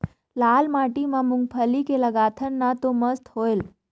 लाल माटी म मुंगफली के लगाथन न तो मस्त होयल?